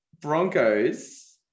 Broncos